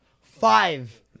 five